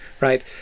right